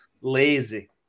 lazy